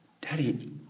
Daddy